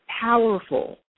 powerful